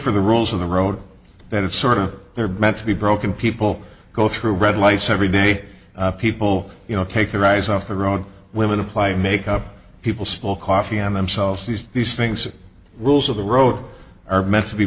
for the rules of the road that it's sort of there meant to be broken people go through red lights every day people you know take their eyes off the road women apply makeup people small coffee on themselves these these things rules of the road are meant to be